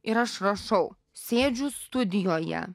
ir aš rašau sėdžiu studijoje